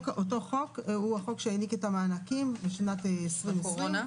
אותו חוק הוא החוק שהעניק את המענקים לשנת 2020. בקורונה.